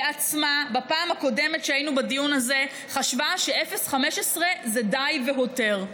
בפעם הקודמת שהיינו בדיון הזה חשבה בעצמה ש-0.15 זה די והותר.